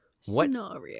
Scenario